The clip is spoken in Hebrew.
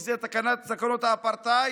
שזה תקנות האפרטהייד,